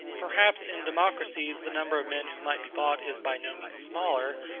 perhaps in democracies the number of men who might be bought is by no means smaller,